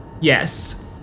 Yes